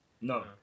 No